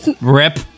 Rip